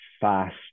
fast